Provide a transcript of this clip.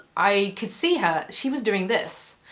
i could see her. she was doing this.